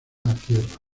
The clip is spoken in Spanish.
tierra